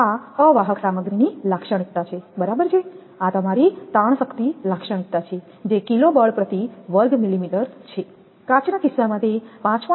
આ અવાહક સામગ્રીની લાક્ષણિકતા છે બરાબર આ તમારી તાણ શક્તિ લાક્ષણિકતા છે જે કિલો બળ પ્રતિ વર્ગ મિલીમીટર છે કાચના કિસ્સામાં તે 5